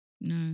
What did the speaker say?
No